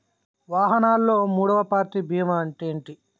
వాహనాల్లో మూడవ పార్టీ బీమా అంటే ఏంటి?